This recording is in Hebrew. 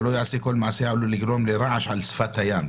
ולא יעשה כל מעשה העלול לגרום לרעש על שפת הים.